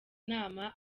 inama